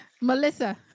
Melissa